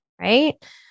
Right